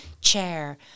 chair